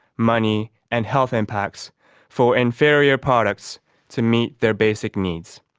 money and health impacts for inferior products to meet their basic needs.